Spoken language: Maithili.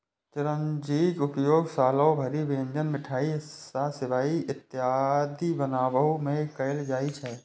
चिरौंजीक उपयोग सालो भरि व्यंजन, मिठाइ आ सेवइ इत्यादि बनाबै मे कैल जाइ छै